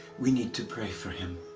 we need to pray for him.